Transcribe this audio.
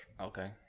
Okay